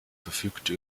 verfügte